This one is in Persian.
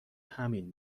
همین